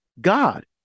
God